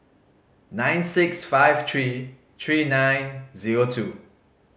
nine six five three three nine zero two